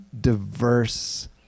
diverse